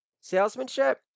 salesmanship